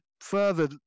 further